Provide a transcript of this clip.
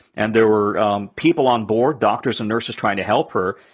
and there were people on board, doctors and nurses trying to help her.